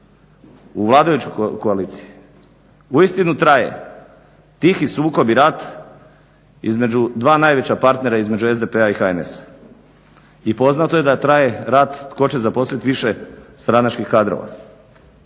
u vladajućoj koaliciji uistinu traje tihi sukob i rat između dva najveća partnera između SDP-a i HNS-a i poznato je da traje rat tko će zaposliti više stranačkih kadrova.